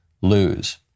lose